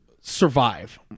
survive